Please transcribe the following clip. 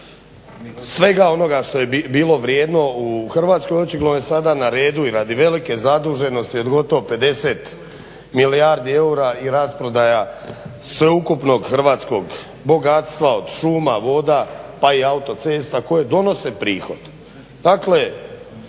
svega onoga što je bilo vrijedno u Hrvatskoj, očigledno je sada na redu i radi velike zaduženosti od gotovo 50 milijardi eura i rasprodaja i sveukupnog hrvatskog bogatstva od šuma, voda pa i autocesta koje donose prihod.